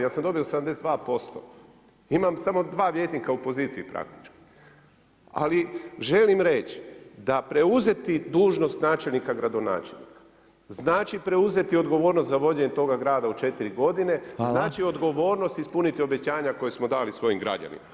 Ja sam dobio 7%, imam samo 2 vijećnika u poziciji praktički, ali želim reći da preuzeti dužnost načelnika, gradonačelnika znači preuzeti odgovornost za vođenje toga grada u četiri godine [[Upadica Reiner: Hvala.]] znači odgovornost, ispuniti obećanja koja smo dali svojim građanima.